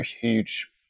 huge